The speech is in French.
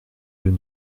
deux